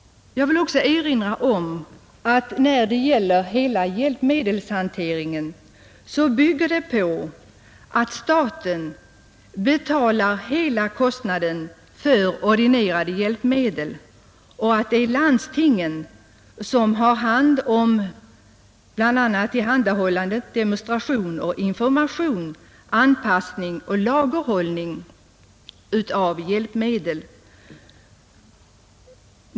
Jag vill också erinra om att hjälpmedelshanteringen bygger på att staten betalar hela kostnaden för ordinerade hjälpmedel och att landstingen sköter allt annat, t.ex. tillhandahållande, demonstration och information, anpassning och lagerhållning av hjälpmedel.